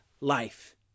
life